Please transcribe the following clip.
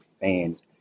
fans